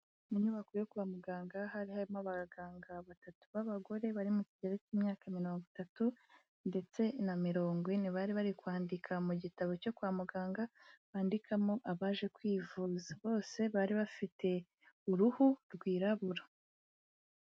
Mu nyubako yo kwa muganga hari harimo abaganga batatu b'abagore bari mu kigero cy'imyaka mirongo itatu ndetse na mirongongo ine, bari bari kwandika mu gitabo cyo kwa muganga bandikamo abaje kwivuza, bose bari bafite uruhu rwirabura.